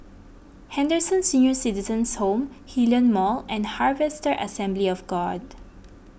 Henderson Senior Citizens' Home Hillion Mall and Harvester Assembly of God